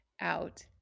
out